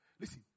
Listen